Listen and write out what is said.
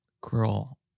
Girl